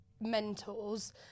mentors